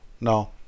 No